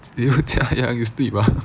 jia yang you sleep ah